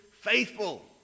faithful